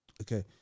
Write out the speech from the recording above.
Okay